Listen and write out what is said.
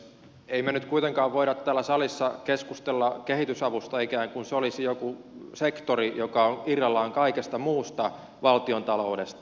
emme me nyt kuitenkaan voi täällä salissa keskustella kehitysavusta ikään kuin se olisi joku sektori joka on irrallaan kaikesta muusta valtiontaloudesta